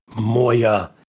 Moya